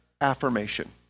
affirmation